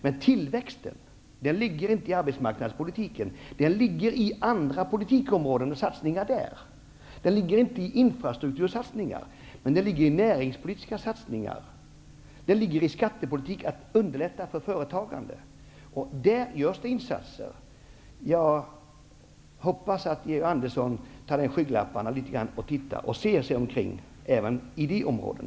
Men tillväxten ligger inte i arbetsmarknadspolitiken. Den ligger i satsningar inom andra politikområden. Den ligger inte i infrastruktursatsningar. Men den ligger i näringspolitiska satsningar. Den ligger i skattepolitiken, dvs. att underlätta företagandet. Där görs det insatser. Jag hoppas att Georg Andersson tar av sig skygglapparna och ser sig omkring även på dessa områden.